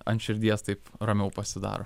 ant širdies taip ramiau pasidaro